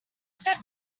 sut